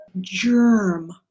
germ